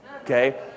okay